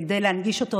כדי להנגיש את זה.